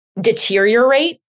deteriorate